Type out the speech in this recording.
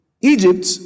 Egypt